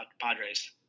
Padres